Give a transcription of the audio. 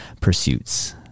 pursuits